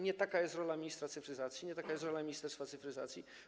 Nie taka jest rola ministra cyfryzacji, nie taka jest rola Ministerstwa Cyfryzacji.